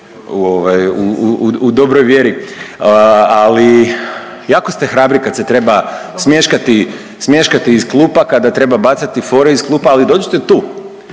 u dobroj vjeri, ali jako ste hrabri kad se treba smješkati, smješkati iz klupa, kada treba bacati fore iz klupa, ali dođite tu,